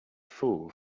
fool